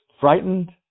frightened